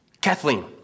Kathleen